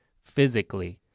physically